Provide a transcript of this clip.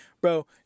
bro